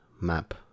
map